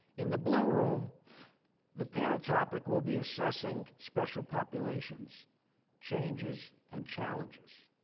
in the blue room the panel topic will be assessing special populations changes and challenges,